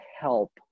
help